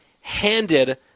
handed